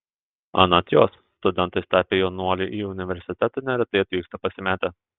anot jos studentais tapę jaunuoliai į universitetą neretai atvyksta pasimetę